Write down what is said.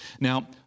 Now